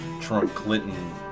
Trump-Clinton